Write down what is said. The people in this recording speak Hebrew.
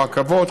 הרכבות,